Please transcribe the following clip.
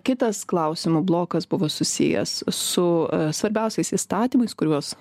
kitas klausimų blokas buvo susijęs su svarbiausiais įstatymais kuriuos